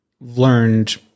learned